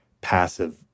passive